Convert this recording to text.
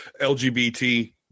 LGBT